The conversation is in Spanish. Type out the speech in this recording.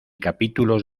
capítulos